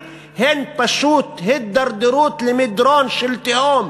הן פשוט הידרדרות למדרון של תהום,